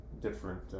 different